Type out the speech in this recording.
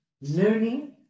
learning